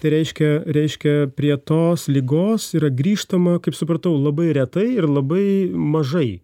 tai reiškia reiškia prie tos ligos yra grįžtama kaip supratau labai retai ir labai mažai